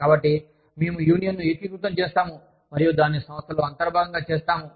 కాబట్టి మేము యూనియన్ను ఏకీకృతం చేస్తాము మరియు దానిని సంస్థలో అంతర్భాగంగా చేస్తాము